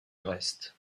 reste